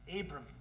Abram